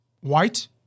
white